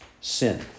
sin